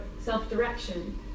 self-direction